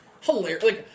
Hilarious